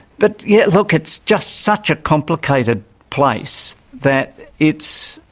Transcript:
but yeah, look, it's just such a complicated place that it's.